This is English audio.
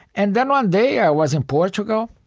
and then one day, i was in portugal,